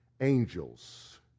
angels